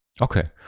Okay